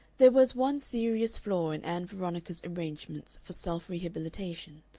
there was one serious flaw in ann veronica's arrangements for self-rehabilitation,